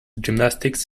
gymnastics